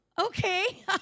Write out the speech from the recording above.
okay